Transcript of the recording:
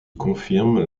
confirme